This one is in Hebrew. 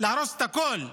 להרוס את הכול כליל.